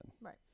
right